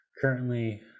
currently